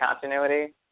continuity